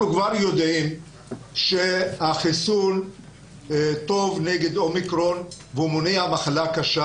אנחנו כבר יודעים שהחיסון טוב נגד אומיקרון והוא מונע מחלה קשה.